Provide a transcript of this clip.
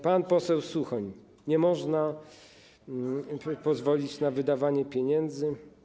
Pan poseł Suchoń: nie można pozwolić na wydawanie pieniędzy.